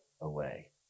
away